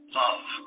love